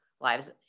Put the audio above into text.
lives